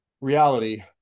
reality